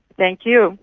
thank you